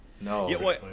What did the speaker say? No